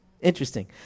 Interesting